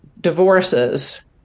divorces